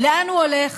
לאן הוא הולך,